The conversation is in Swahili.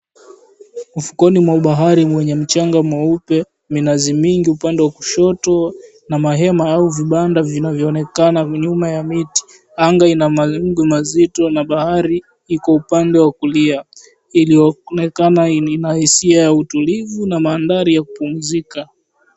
Ufukweni mwa bahari mwenye mchanga mweupe, minazi mingi upande wa kushoto na mahema au vibanda vinavyoonekana nyuma ya miti. Anga ina mazito na bahari iko upande wa kulia, iliyoonekana ina hisia ya utulivu na maandhari ya kupumzika.